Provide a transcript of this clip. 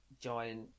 giant